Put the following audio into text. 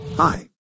Hi